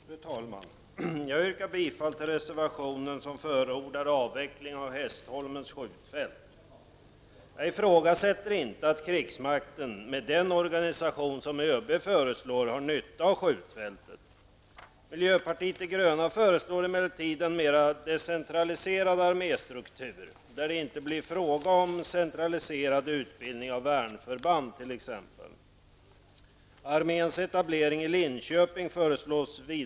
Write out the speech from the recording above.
Fru talman! Jag yrkar bifall till reservationen, där vi förordar avveckling av Hästholmens skjutfält. Jag ifrågasätter inte att krigsmakten med den organisation som ÖB föreslår har nytta av skjutfältet. Miljöpartiet de gröna föreslår emellertid en mera decentraliserad arméstruktur, där det inte blir fråga om centraliserad utbildning av t.ex. värnförband.